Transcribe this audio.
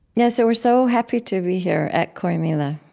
yeah so we're so happy to be here at corrymeela,